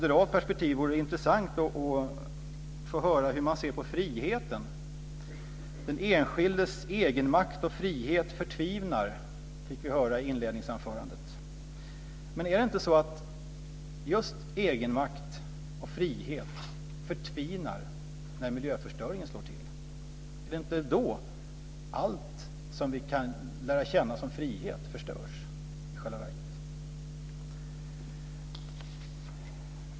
Det vore intressant att höra hur man ser på friheten från ett moderat perspektiv. Den enskildes egenmakt och frihet förtvinar, fick vi höra i inledningsanförandet. Men är det inte så att just egenmakt och frihet förtvinar när miljöförstöringen slår till?